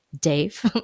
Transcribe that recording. Dave